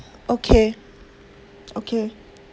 okay okay